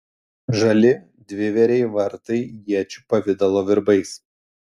žali dvivėriai vartai iečių pavidalo virbais